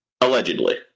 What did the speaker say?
allegedly